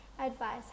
advice